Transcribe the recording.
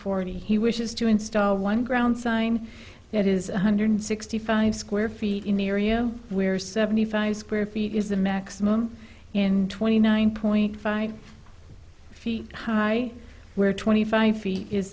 forty he wishes to install one ground sign that is one hundred sixty five square feet in the area where seventy five square feet is the maximum in twenty nine point five feet high where twenty five feet is